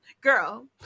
girl